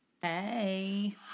Hey